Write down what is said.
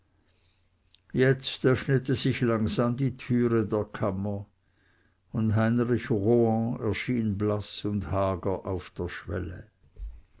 jetzt öffnete sich langsam die türe der kammer und heinrich rohan erschien blaß und hager auf der schwelle